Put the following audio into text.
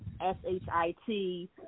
S-H-I-T